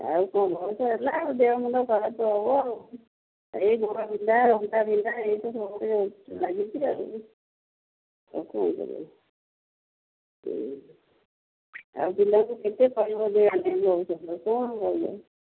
ଆଉ କ'ଣ ହେଲା ଆଉ ଦେହ ମୁଣ୍ଡ ଖରାପ୍ ତ ହେବ ଆଉ ଏଇ ଗୋଡ଼ ବିନ୍ଧା ଅଣ୍ଟା ବିନ୍ଧା ଏଇ ସବୁ ଲାଗିଛି ଆଉ କ'ଣ ଦେବେ ଆଉ ପିଲାକୁ କେତେ କହିବେ ଆଉ କ'ଣ କହିବେ